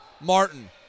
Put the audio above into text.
Martin